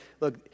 look